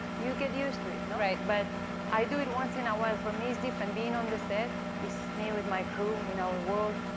you get used to it, no? right. but i do it once in a while. for me it's different. being on the set, it's me with my crew, in our world.